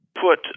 put